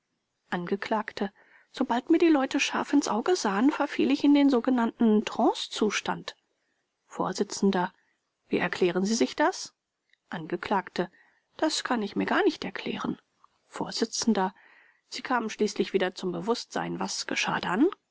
angekl sobald mir die leute scharf ins auge sahen verfiel ich in den sogenannten trancezustand vors wie erklären sie sich das angekl das kann ich mir gar nicht erklären vors sie kamen schließlich wieder zum bewußtsein was geschah dann